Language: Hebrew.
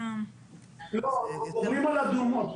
אדומות.